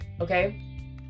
okay